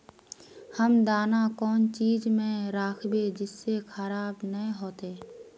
हम दाना कौन चीज में राखबे जिससे खराब नय होते?